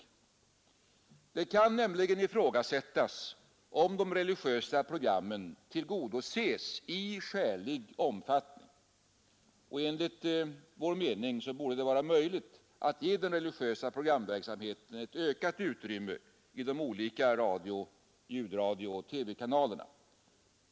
Det kan nämligen ifrågasättas, om de religiösa programmen tillgodoses ”i skälig omfattning”. Enligt vår mening borde det vara möjligt att ge den religiösa programverksamheten ett ökat utrymme i de olika ljudradiooch TV-kanalerna.